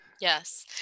Yes